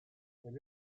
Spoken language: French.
elle